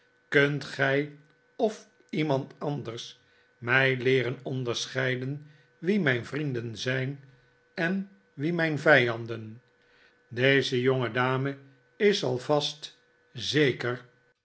kunt gij of iemand anders mij leeren onderscheiden wie mijn vrienden zijn en wie mijn vijanden d ize jongedame is al vast zeker